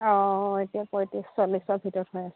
অঁ এতিয়া পঁয়ত্ৰিছ চল্লিছৰ ভিতৰত হৈ আছে